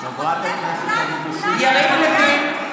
וגם היושב-ראש,